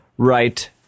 Right